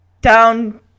down